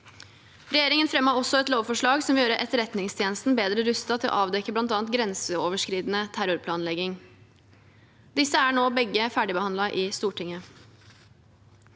Regjeringen fremmet også et lovforslag som vil gjøre Etterretningstjenesten bedre rustet til å avdekke bl.a. grenseoverskridende terrorplanlegging. Begge disse er nå ferdigbehandlet i Stortinget.